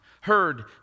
heard